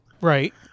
right